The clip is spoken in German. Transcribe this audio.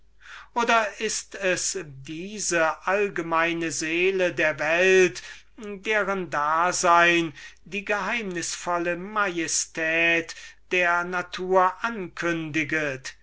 oder ist es eben diese allgemeine seele der welt deren dasein die geheimnisvolle majestät der natur ankündiget